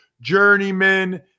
journeyman